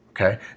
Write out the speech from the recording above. Okay